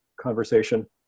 conversation